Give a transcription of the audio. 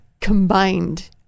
combined